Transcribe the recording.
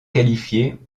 qualifiée